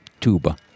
tuba